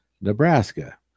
Nebraska